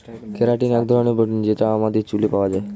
keratin এক ধরনের protein যেটা আমাদের চুলে পাওয়া যায়